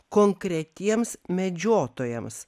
konkretiems medžiotojams